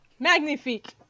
Magnifique